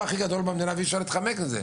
הכי גדול במדינה ואי-אפשר להתחמק מזה.